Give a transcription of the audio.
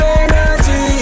energy